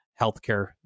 healthcare